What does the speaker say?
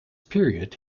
period